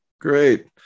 Great